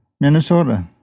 Minnesota